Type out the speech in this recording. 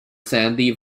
sandy